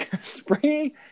Springy